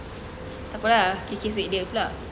tak apa ah kikis duit dia pula